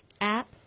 app